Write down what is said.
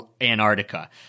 Antarctica